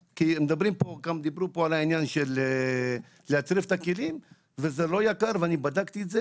דיברו כאן על העניין של להטריף את הכלים וזה לא יקר ואני בדקתי את זה,